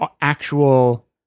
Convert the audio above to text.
actual